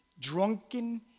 Drunken